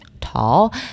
tall